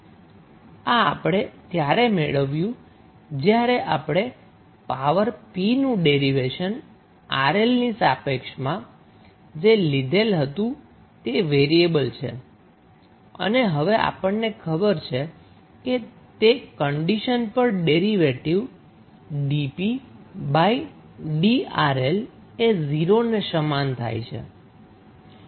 આ આપણે ત્યારે મેળવ્યું જ્યારે આપણે પાવર 𝑝 નું ડેરીવેશન 𝑅𝐿 ની સાપેક્ષમાં જે લીધેલ હતું તે વેરીએબલ છે અને હવે આપણને ખબર છે કે તે કન્ડીશન પર ડેરીવેટીવ dpdRL એ 0 ને સમાન થાય છે